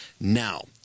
Now